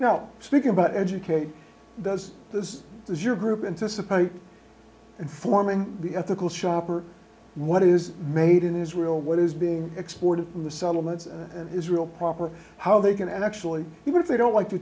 now speaking about educate this is your group anticipate informing the ethical shopper what is made in israel what is being exported from the settlements israel proper how they can actually even if they don't like t